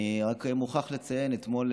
אני מוכרח לציין: אתמול,